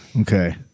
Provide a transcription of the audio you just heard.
Okay